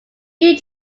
new